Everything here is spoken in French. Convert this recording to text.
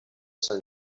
sein